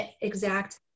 exact